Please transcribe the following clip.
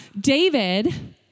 David